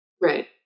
right